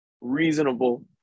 reasonable